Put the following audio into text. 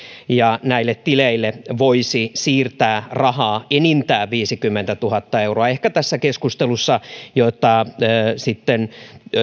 ja näille tileille voisi siirtää rahaa enintään viisikymmentätuhatta euroa ehkä tässä keskustelussa jota sitten